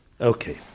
Okay